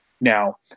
Now